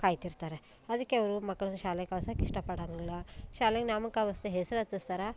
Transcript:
ಕಾಯ್ತಿರ್ತಾರೆ ಅದಕ್ಕೆ ಅವರು ಮಕ್ಳನ್ನ ಶಾಲೆಗೆ ಕಳ್ಸಕ್ಕೆ ಇಷ್ಟಪಡೋಲ್ಲ ಶಾಲೆಗೆ ನಾಮಕಾವಾಸ್ತೆ ಹೆಸ್ರು ಹಚ್ಚಿಸ್ತಾರೆ